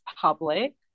public